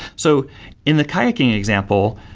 so in the kayaking example,